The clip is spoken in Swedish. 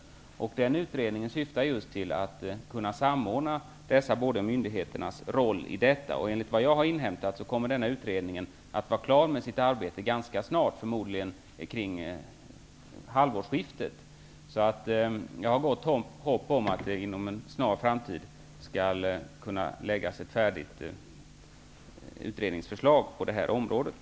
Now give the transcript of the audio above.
Utrikesdepartementets utredning syftar just till att samordna båda dessa myndigheters roll. Efter vad jag har inhämtat kommer utredningen att ganska snart -- förmodligen vid halvårsskiftet -- vara klar med sitt arbete. Jag har gott hopp om att ett färdigt utredningsförslag på det här området skall kunna föreligga inom en snar framtid.